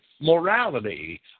morality